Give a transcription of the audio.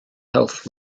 health